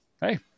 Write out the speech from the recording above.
hey